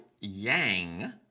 Yang